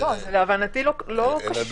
בפומבי או לא.